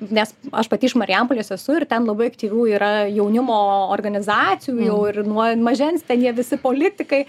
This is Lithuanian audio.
nes aš pati iš marijampolės esu ir ten labai aktyvių yra jaunimo organizacijų jau ir nuo mažens ten jie visi politikai